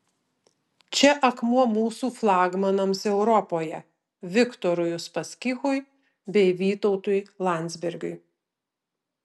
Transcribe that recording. čia akmuo mūsų flagmanams europoje viktorui uspaskichui bei vytautui landsbergiui